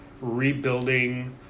rebuilding